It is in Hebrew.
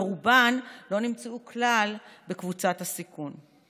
ורובן לא נמצאו כלל בקבוצת הסיכון.